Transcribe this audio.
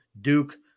Duke